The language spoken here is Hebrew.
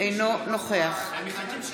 אינו נוכח אריה מכלוף